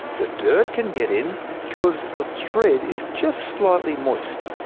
the dirt can get in because the thread is just slightly moist,